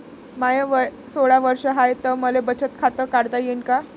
माय वय सोळा वर्ष हाय त मले बचत खात काढता येईन का?